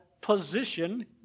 position